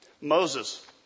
Moses